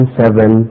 seven